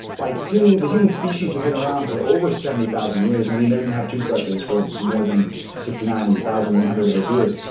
like the human species have been around for over seventy thousand years and we didn't have tooth brushes for more than sixty nine thousand one hundred of those years.